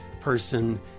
person